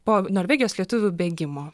po norvegijos lietuvių bėgimo